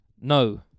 No